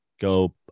go